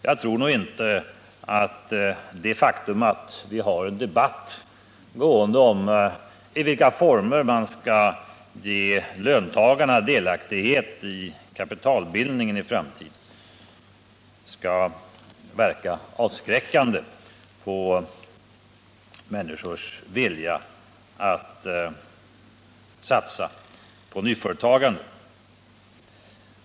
Jag tror inte att det faktum att vi har en debatt om i vilka former man skall ge löntagarna delaktighet i kapitalbildningen i framtiden skall verka avskräckande på människors vilja att satsa på nyföretagande.